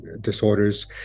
disorders